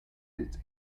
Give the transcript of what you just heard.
its